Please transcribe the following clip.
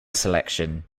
selection